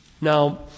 Now